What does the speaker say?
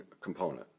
component